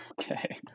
Okay